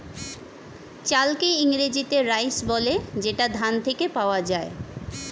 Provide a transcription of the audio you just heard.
চালকে ইংরেজিতে রাইস বলে যেটা ধান থেকে পাওয়া যায়